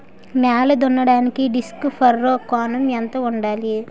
నేల దున్నడానికి disc furrow కోణం ఎంత ఉండాలి?